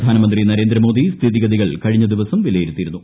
പ്രധാനമന്ത്രി നരേന്ദ്രമോദി സ്ഥിതിഗതികൾ കഴിഞ്ഞ ദിവസം വിലയിരുത്തിയിരുന്നു